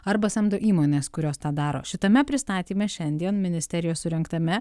arba samdo įmones kurios tą daro šitame pristatyme šiandien ministerijos surengtame